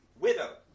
widow